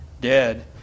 dead